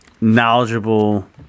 knowledgeable